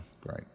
Great